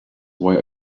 why